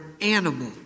animal